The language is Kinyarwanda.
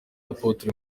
apotre